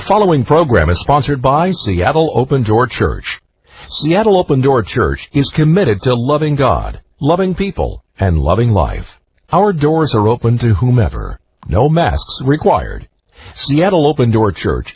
following program is sponsored by seattle open door church yet open door church is committed to loving god loving people and loving life our doors are open to whomever no mass required seattle open door church